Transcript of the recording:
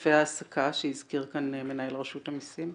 היקפי ההעסקה שהזכיר כאן מנהל רשות המסים?